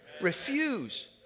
Refuse